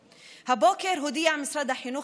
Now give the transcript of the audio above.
הבוקר הודיע משרד החינוך